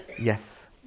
Yes